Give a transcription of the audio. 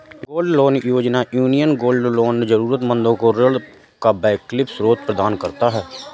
gold loan योजना, union gold loan जरूरतमंदों को ऋण का वैकल्पिक स्रोत प्रदान करता है